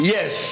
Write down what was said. Yes